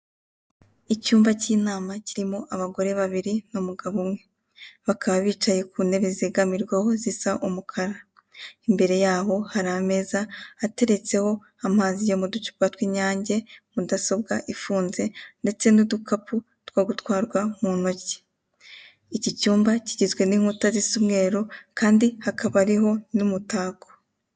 Icyumba cy'inama kirimo abagore babiri n'umugabo umwe. Bakaba bicaye ku ntebe zegamirwaho zisa umukara, imbere yabo hari ameza ateretseho amazi yo mu ducupa tw'Inyange, mudasobwa ifunze ndetse n'udukapu two gutwarwa mu ntoki, iki cyumba kigizwe n'inkuta zisa umweru kandi hakaba hariho umutako.